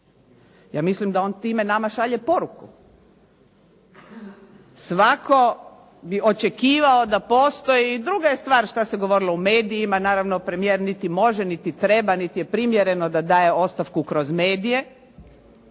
Ja mislim da on time nama šalje poruku. Svatko bi očekivao da postoji i druga je stvar što se govorilo u medijima. Naravno premijer niti može, niti treba, niti je primjereno da daje ostavku kroz medije,